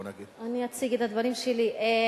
בסדר, אני אציג את הדברים שלי.